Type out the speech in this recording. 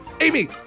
Amy